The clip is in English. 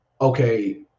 okay